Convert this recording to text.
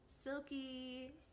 silky